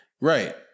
Right